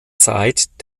zeit